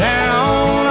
Down